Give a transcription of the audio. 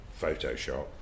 Photoshop